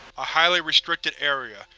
a highly restricted area,